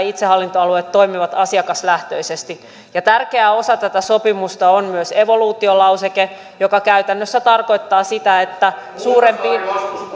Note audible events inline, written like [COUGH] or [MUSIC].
[UNINTELLIGIBLE] itsehallintoalueet todella toimivat asiakaslähtöisesti ja tärkeä osa tätä sopimusta on myös evoluutiolauseke joka käytännössä tarkoittaa sitä että suurempiin